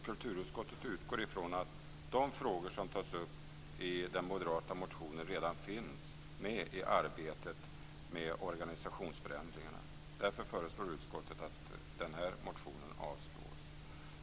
Kulturutskottet utgår från att de frågor som tas upp i den moderata motionen redan finns med i arbetet med organisationsförändringarna. Därför föreslår utskottet att denna motion avslås.